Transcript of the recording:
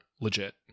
legit